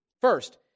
First